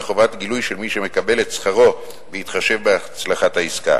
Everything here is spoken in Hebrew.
וחובת גילוי של מי שמקבל את שכרו בהתחשב בהצלחת העסקה.